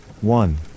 one